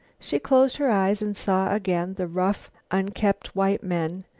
she closed her eyes and saw again the rough, unkempt white men,